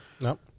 no